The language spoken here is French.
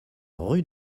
rue